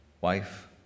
wife